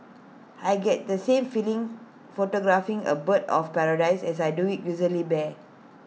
I get the same feeling photographing A bird of paradise as I do A grizzly bear